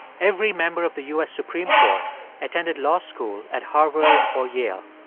every member of the u s. supreme court attended law school at harvard or yale.